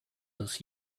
this